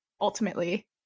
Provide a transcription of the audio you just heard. ultimately